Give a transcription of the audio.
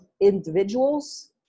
individuals